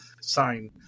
sign